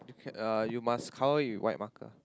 uh you must cover with white marker